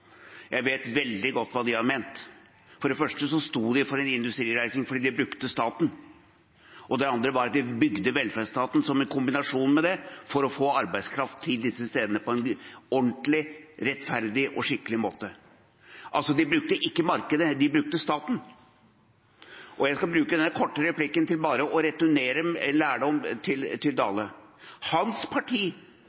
Jeg vet veldig godt hva de har ment. For det første sto de for en industrireising fordi de brukte staten, og for det andre bygde de velferdsstaten i kombinasjon med det, for å få arbeidskraft til disse stedene på en ordentlig, rettferdig og skikkelig måte. De brukte altså ikke markedet, de brukte staten. Jeg skal bruke denne korte replikken til bare å returnere lærdom til